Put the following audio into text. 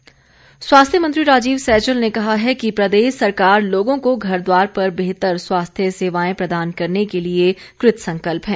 सैजल स्वास्थ्य मंत्री राजीव सैजल ने कहा है कि प्रदेश सरकार लोगों को घर द्वार पर बेहतर स्वास्थ्य सेवाएं प्रदान करने के लिए कृतसंकल्य है